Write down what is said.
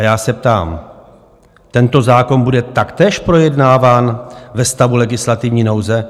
A já se ptám tento zákon bude taktéž projednáván ve stavu legislativní nouze?